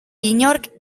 inork